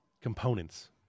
components